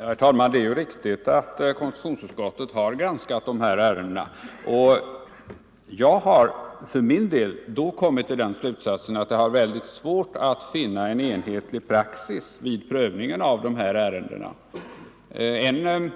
Herr talman! Det är riktigt att konstitutionsutskottet granskar de här ärendena. Jag har för min del kommit till den slutsatsen att det är mycket svårt att finna en enhetlig praxis vid prövningen av dessa ärenden. En